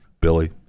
Billy